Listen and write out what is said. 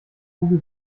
kugel